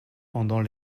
pendant